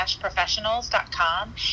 professionals.com